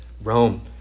Rome